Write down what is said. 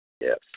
Yes